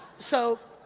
so,